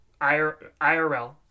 IRL